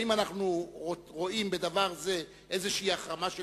האם אנחנו רואים בדבר זה איזו החרמה של